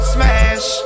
Smash